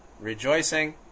rejoicing